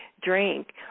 drink